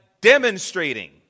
demonstrating